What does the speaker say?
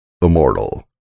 immortal